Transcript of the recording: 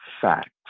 facts